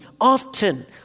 often